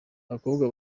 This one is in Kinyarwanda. abakobwa